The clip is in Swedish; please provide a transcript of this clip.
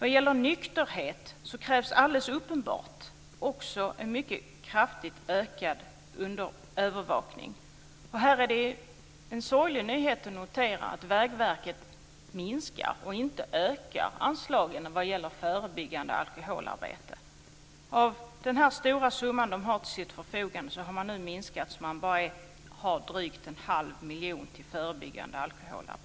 Vad gäller nykterhet krävs alldeles uppenbart också en mycket kraftigt ökad övervakning. Här är det sorgligt att notera att Vägverket minskar och inte ökar anslagen vad gäller förebyggande alkoholarbete.